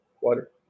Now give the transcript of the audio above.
Water